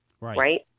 right